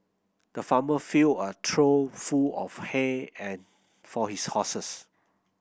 the farmer filled a trough full of hay and for his horses